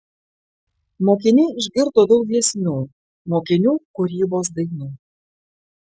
mokiniai išgirdo daug giesmių mokinių kūrybos dainų